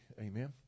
Amen